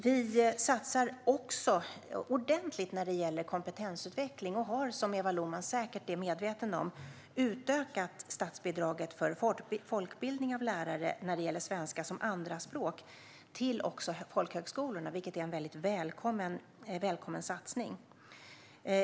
Vi satsar också ordentligt när det gäller kompetensutveckling. Vi har, som Eva Lohman säkert är medveten om, utökat statsbidraget för fortbildning av lärare när det gäller svenska som andraspråk också till folkhögskolorna, vilket är en välkommen satsning.